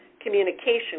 communication